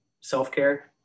self-care